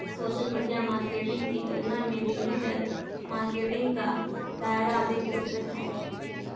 social media marketing की तुलना में डिजिटल मार्केटिंग का दायरा अधिक विस्तृत है